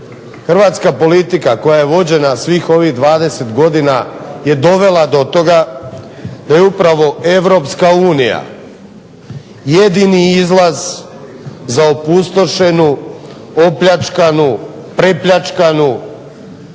hrvatska politika koja je vođena svih ovih 20 godina je dovela do toga da je upravo EU jedini izlaz za opustošenu, opljačkanu, prepljačkanu